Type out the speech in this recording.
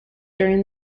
during